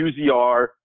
UZR